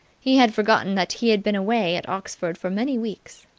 he had forgotten that he had been away at oxford for many weeks,